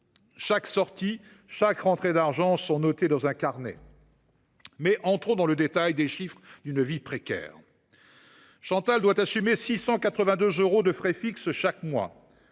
Chaque sortie et chaque rentrée d’argent sont notées dans un carnet. Examinons dans le détail les chiffres d’une vie précaire. Chantal doit assumer 682 euros de frais fixes chaque mois